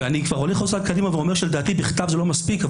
ואני כבר הולך עוד צעד קדימה ואומר שלדעתי בכתב זה לא מספיק,